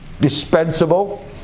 dispensable